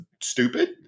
stupid